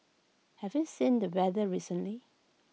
have you seen the weather recently